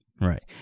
right